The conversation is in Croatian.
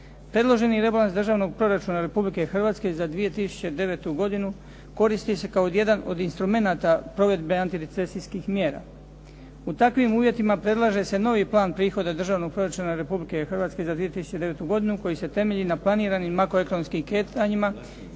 Predloženi Rebalans Državnog proračuna Republike Hrvatske za 2009. godinu koristi se kao jedan od instrumenata provedbe antirecesijskih mjera. U takvim uvjetima predlaže se novi Plan prihoda Državnog proračuna Republike Hrvatske za 2009. godinu koji se temelji na planiranim makroekonomskim kretanjima